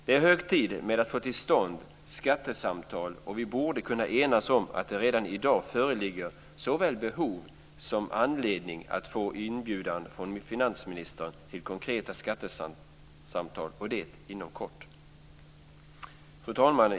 Det är hög tid att få till stånd skattesamtal. Vi borde kunna enas om att det redan i dag föreligger såväl behov som anledning att få inbjudan från finansministern till konkreta skattesamtal, och det inom kort. Fru talman!